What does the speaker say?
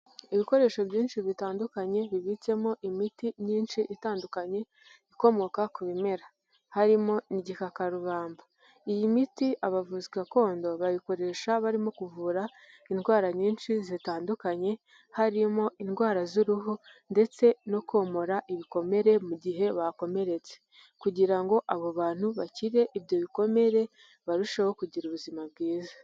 Ibikoresho byinshi bitandukanye, bibitsemo imiti myinshi itandukanye, ikomoka ku bimera harimo n'igikakarubamba. Iyi miti abavuzi gakondo bayikoresha barimo kuvura indwara nyinshi zitandukanye, harimo indwara z'uruhu ndetse no komora ibikomere mu gihe bakomeretse kugira ngo abo bantu bakire ibyo bikomere, barusheho kugira ubuzima bwiza.